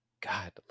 God